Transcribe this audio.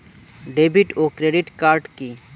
David ও credit card কি?